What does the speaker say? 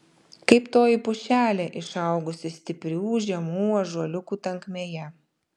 kaip toji pušelė išaugusi stiprių žemų ąžuoliukų tankmėje